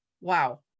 Wow